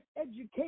education